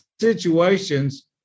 situations